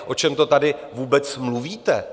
O čem to tady vůbec mluvíte?